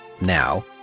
Now